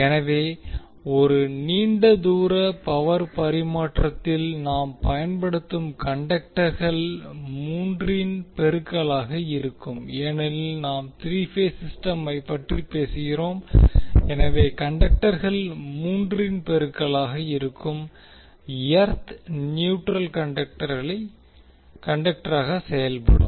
எனவே ஒரு நீண்ட தூர பவர் பரிமாற்றத்தில் நாம் பயன்படுத்தும் கண்டக்டர்கள் மூன்றின் பெருக்கலாக இருக்கும் ஏனெனில் நாம் த்ரீ பேஸ் சிஸ்டமை பற்றி பேசுகிறோம் எனவே கண்டக்டர்கள் மூன்றின் பெருக்கலாக இருக்கும் எர்த் நியூட்ரல் கண்டக்டராக செயல்படும்